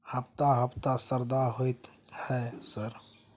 हफ्ता हफ्ता शरदा होतय है सर?